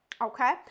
okay